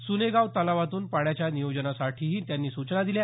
सुनेगाव तलावातून पाण्याच्या नियोजनासाठीही त्यांनी सूचना दिल्या